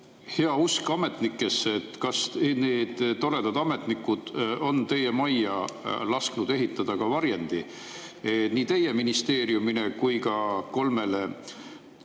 hea usk ametnikesse. Kas need toredad ametnikud on teie majja lasknud ehitada ka varjendi nii teie ministeeriumile kui ka kolmele